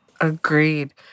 Agreed